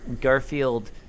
Garfield